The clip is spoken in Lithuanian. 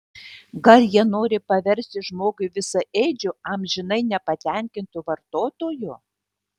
gal jie nori paversti žmogų visaėdžiu amžinai nepatenkintu vartotoju